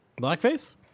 Blackface